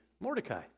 Mordecai